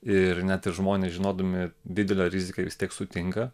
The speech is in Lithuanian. ir net ir žmonės žinodami didelę riziką vis tiek sutinka